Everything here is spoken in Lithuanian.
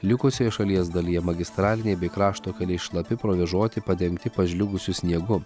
likusioje šalies dalyje magistraliniai bei krašto keliai šlapi provėžoti padengti pažliugusiu sniegu